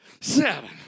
Seven